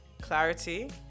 Clarity